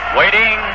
waiting